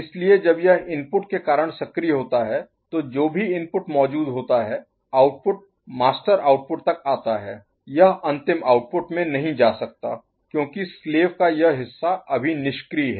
इसलिए जब यह इनपुट के कारण सक्रिय होता है तो जो भी इनपुट मौजूद होता है आउटपुट मास्टर आउटपुट तक आता है यह अंतिम आउटपुट में नहीं जा सकता क्योंकि स्लेव का यह हिस्सा अभी निष्क्रिय है